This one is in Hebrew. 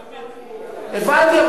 הבנתי.